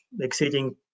exceeding